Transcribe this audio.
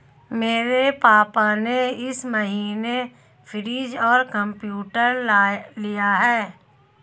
मेरे पापा ने इस महीने फ्रीज और कंप्यूटर लिया है